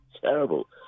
terrible